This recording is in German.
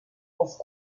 auf